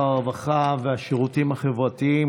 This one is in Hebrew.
תודה רבה לשר הרווחה והשירותים החברתיים.